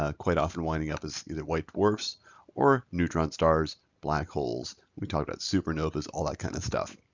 ah quite often winding up as either white dwarfs or neutron stars, black holes, we talk about supernovas, all that kind of stuff.